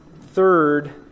third